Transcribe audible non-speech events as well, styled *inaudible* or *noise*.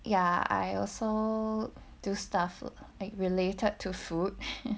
ya I also do stuff related to food *laughs*